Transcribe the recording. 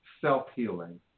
self-healing